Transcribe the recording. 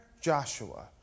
Joshua